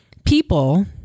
people